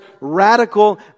radical